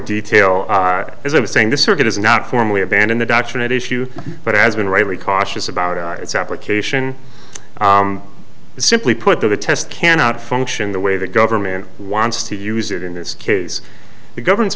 detail as i was saying the circuit is not formally abandon the doctrine at issue but has been rightly cautious about its application is simply put to the test cannot function the way the government wants to use it in this case the government's